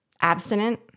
abstinent